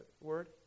word